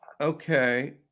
Okay